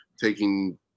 taking